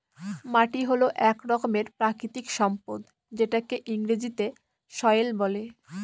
মাটি হল এক রকমের প্রাকৃতিক সম্পদ যেটাকে ইংরেজিতে সয়েল বলে